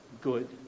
good